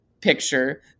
picture